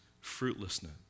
fruitlessness